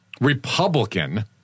Republican